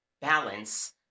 balance